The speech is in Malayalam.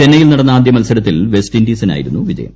ചെന്നൈയിൽ നടന്ന ആദ്യ മത്സരത്തിൽ വെസ്റ്റ് ഇൻഡീസിനായിരുന്നു വിജയം